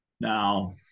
now